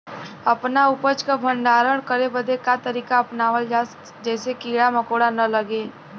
अपना उपज क भंडारन करे बदे का तरीका अपनावल जा जेसे कीड़ा मकोड़ा न लगें?